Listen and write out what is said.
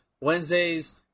Wednesdays